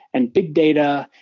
and big data,